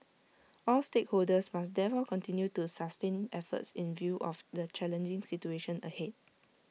all stakeholders must continue to sustain efforts in view of the challenging situation ahead